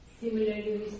Similarly